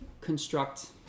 construct